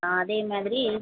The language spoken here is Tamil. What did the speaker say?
ஆ அதேமாதிரி